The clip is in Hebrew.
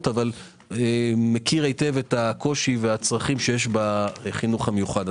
אבל מכיר היטב את הקושי והצרכים שיש בחינוך המיוחד.